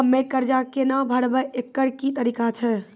हम्मय कर्जा केना भरबै, एकरऽ की तरीका छै?